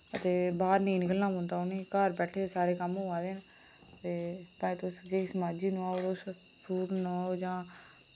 ते बाह्र निं निकलना पौंदा उ'नें घर बैठे दे सारे कम्म होआ दे न ते भाएं तुस जे किश मर्जी नुआओ तुस फ्रूट नुआओ जां